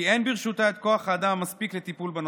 אין ברשותה כוח אדם מספיק לטיפול בנושא,